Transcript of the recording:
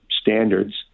standards